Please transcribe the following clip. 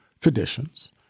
traditions